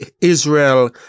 Israel